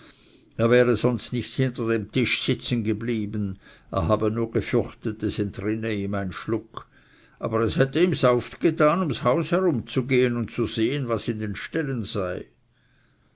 er wäre sonst nicht hinter dem tische sitzen geblieben er habe nur gefürchtet es entrinne ihm ein schluck es hätte ihm's sauft getan ums haus herum zu gehen und zu sehen was in den ställen sei